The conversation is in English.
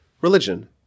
religion